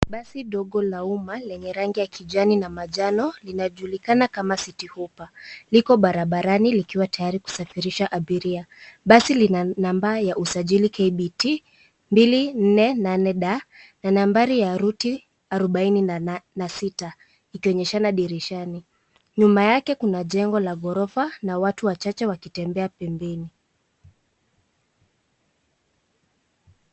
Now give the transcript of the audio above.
Basi ndogo la uma lenye rangi ya kijani na manjano linajulikana kama Citi Hoppa liko barabarani likiwa tayari kusafirisha abiria. Basi lina namaba ya usajili KBT 248D na nambari ya route arobanne na sita ikionyeshana dirishani nyuma yake kuna jengo la gorofa na watu wachache wakitembea pembeni .